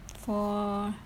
for